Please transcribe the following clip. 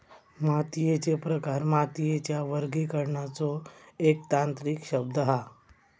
मातीयेचे प्रकार मातीच्या वर्गीकरणाचो एक तांत्रिक शब्द हा